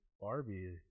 Barbie